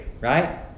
right